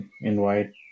invite